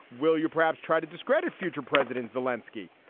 will you perhaps try to discredit future presidents? wolanski?